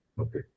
okay